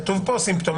כתוב פה סימפטומים,